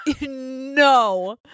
No